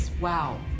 Wow